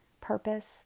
purpose